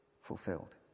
fulfilled